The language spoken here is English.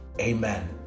Amen